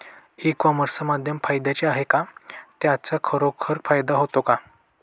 E commerce माध्यम फायद्याचे आहे का? त्याचा खरोखर फायदा होतो का?